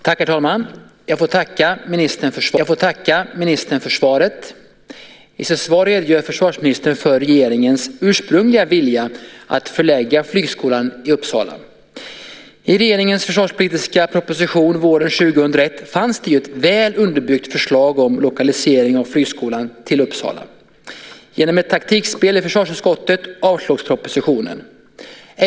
Herr talman! Jag får tacka ministern för svaret. I sitt svar redogör försvarsministern för regeringens ursprungliga vilja att förlägga flygskolan till Uppsala. I regeringens försvarspolitiska proposition våren 2001 fanns det ett väl underbyggt förslag om lokalisering av flygskolan till Uppsala. Genom ett taktikspel i försvarsutskottet avstyrktes propositionen.